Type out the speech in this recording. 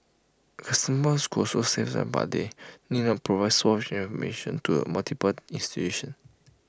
customers could also save time as they need not provide the same information to multiple institutions